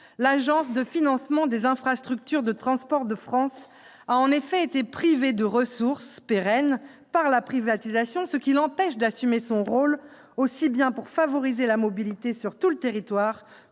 L'Agence de financement des infrastructures de transport de France a en effet été privée de ressources pérennes par la privatisation, ce qui l'empêche d'assumer son rôle, aussi bien pour favoriser la mobilité sur tout le territoire